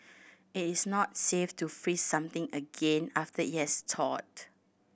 it is not safe to freeze something again after it has thawed